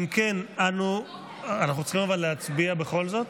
אבל אנחנו צריכים להצביע בכל זאת?